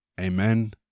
Amen